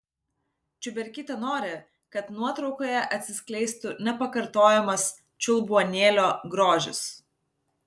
čiuberkytė nori kad nuotraukoje atsiskleistų nepakartojamas čiulbuonėlio grožis